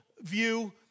view